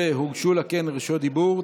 הוגשו לה בקשות רשות דיבור.